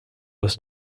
aus